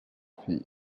fille